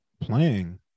playing